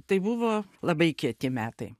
tai buvo labai kieti metai